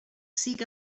seek